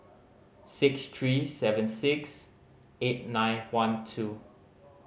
six three seven six eight nine one two